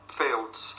fields